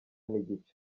n’igice